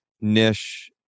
niche